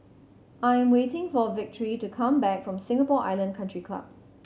I am waiting for Victory to come back from Singapore Island Country Club